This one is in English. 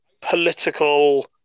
political